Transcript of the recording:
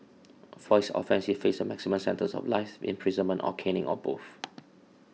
for his offence he faced a maximum sentence of life imprisonment or caning or both